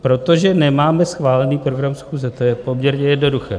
Protože nemáme schválený program schůze, to je poměrně jednoduché.